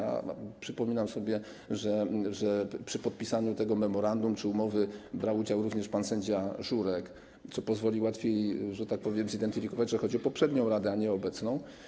Przypominam sobie, że w podpisaniu tego memorandum czy umowy brał udział pan sędzia Żurek, co pozwoli łatwiej, że tak powiem, zidentyfikować, że chodzi o poprzednią radę, a nie obecną.